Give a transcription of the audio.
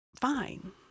fine